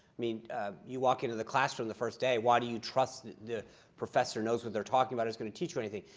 i mean you walk into the classroom the first day. why do you trust that the professor knows what they're talking about, and is going to teach you anything?